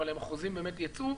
אבל אם החוזים באמת יצאו,